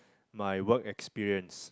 my work experience